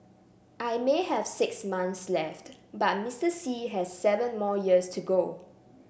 I may have six months left but Mr Xi has seven more years to go